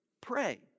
Pray